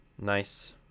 Nice